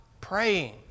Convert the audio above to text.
Praying